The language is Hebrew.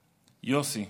יוסי.